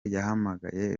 yahamagaye